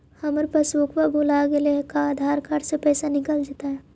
हमर पासबुक भुला गेले हे का आधार कार्ड से पैसा निकल जितै?